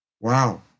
Wow